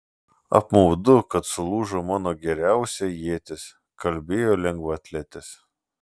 apmaudu kad sulūžo mano geriausia ietis kalbėjo lengvaatletis